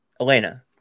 elena